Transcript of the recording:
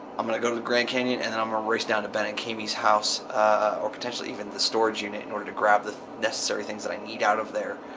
i'm gonna go to the grand canyon and then i'm gonna ah race down to ben and camy's house or potentially even the storage unit in order to grab the necessary things that i need out of there.